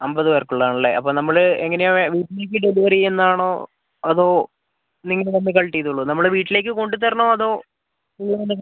അമ്പതുപേർക്കുള്ളതാണല്ലേ അപ്പം നമ്മൾ എങ്ങനെയാണ് വീട്ടിലേക്ക് ഡെലിവറി ചെയ്യുന്നതാണോ അതോ നിങ്ങൾ വന്ന് കളക്ട് ചെയ്തുകൊള്ളുമോ നമ്മൾ വീട്ടിലേക്ക് കൊണ്ടുത്തരണോ അതോ